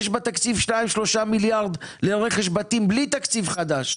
יש בתקציב 2 3 מיליארד לרכש בתים בלי תקציב חדש.